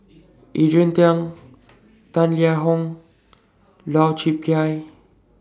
Adrian Tang Tan Liang Hong Lau Chiap Khai